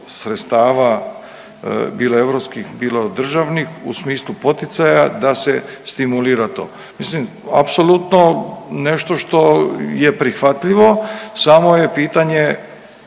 sredstava bilo europskih bilo državnih u smislu poticaja da se stimulira to. Mislim apsolutno nešto što je prihvatljivo, samo je pitanje